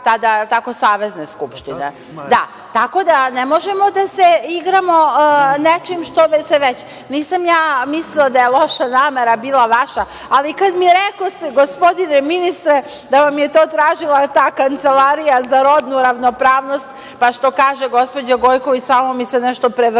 Da. Tako da ne možemo da se igramo nečim. Nisam ja mislila da je loša namera bila vaša, ali kad mi rekoste gospodine ministre, da vam je to tražila ta kancelarija za rodnu ravnopravnost, pa što kaže gospođa Gojković, samo mi se nešto prevrnulo,